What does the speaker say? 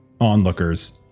onlookers